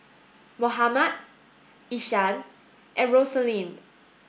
Mohammad Ishaan and Rosalind